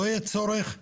לא יהיה צורך בפיקוח.